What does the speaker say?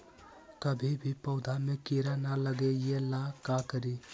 कभी भी पौधा में कीरा न लगे ये ला का करी?